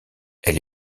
elle